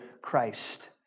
Christ